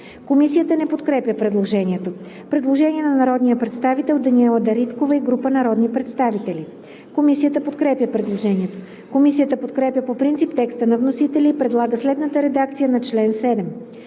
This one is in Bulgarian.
Комисията не подкрепя предложението. Предложение на народния представител Даниела Анастасова Дариткова-Проданова и група народни представители. Комисията подкрепя предложението. Комисията подкрепя по принцип текста на вносителя и предлага следната редакция на чл. 7: